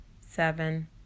seven